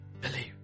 Believe